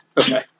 Okay